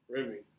Remy